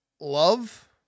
love